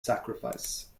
sacrifice